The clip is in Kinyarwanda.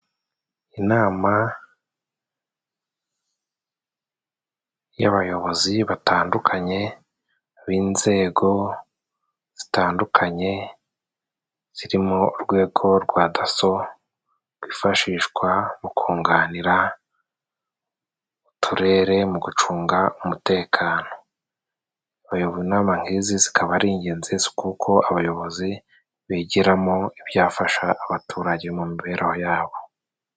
Inama y'abayobozi batandukanye b'inzego zitandukanye，zirimo urwego rwa daso rwifashishwa mu kunganira uturere mu gucunga umutekano，abayobora inama nk'izi zikaba ari ingenzi，kuko abayobozi bigiramo ibyafasha abaturage mu mibereho yabo.